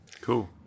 Cool